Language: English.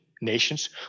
nations